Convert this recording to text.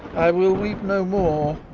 i will weep no more